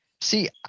See